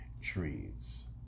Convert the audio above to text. trees